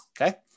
okay